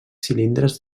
cilindres